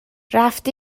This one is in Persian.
رفتی